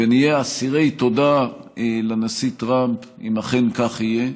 ונהיה אסירי תודה לנשיא טראמפ, אם אכן כך יהיה,